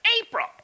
April